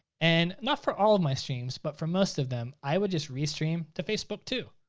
and not for all of my streams but for most of them i would just restream to facebook too,